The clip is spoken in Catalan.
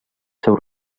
seu